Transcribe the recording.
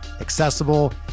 accessible